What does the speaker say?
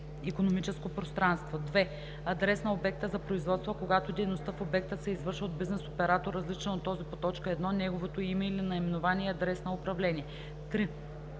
2. адрес на обекта за производство, а когато дейността в обекта се извършва от бизнес оператор, различен от този по т. 1 – неговото име или наименование, седалище и адрес на управление; 3.